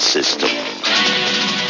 System